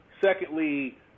Secondly